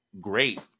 great